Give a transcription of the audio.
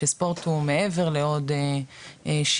שספורט הוא מעבר לעוד שידור,